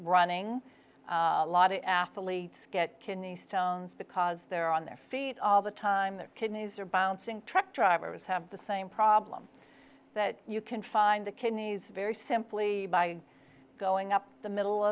running a lot of athletes get kidney stones because they're on their feet all the time their kidneys are bouncing truck drivers have the same problem that you can find the kidneys very simply by going up the middle